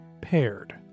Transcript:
Paired